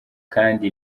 kandi